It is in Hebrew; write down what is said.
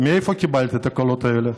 מאיפה קיבלת את הקולות האלה?